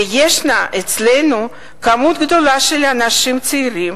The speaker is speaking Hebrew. וישנה אצלנו כמות גדולה של אנשים צעירים